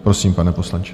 Prosím, pane poslanče.